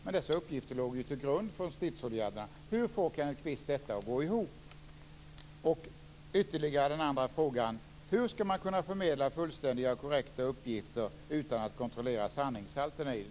Men dessa uppgifter låg ju till grund för stridsåtgärderna. Hur får Kenneth Kvist detta att gå ihop? Jag vill också ta upp den andra frågan. Hur skall man kunna förmedla fullständiga och korrekta uppgifter utan att kontrollera sanningshalten i dem?